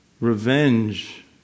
revenge